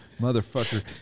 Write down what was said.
motherfucker